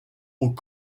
aux